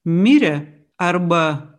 mirė arba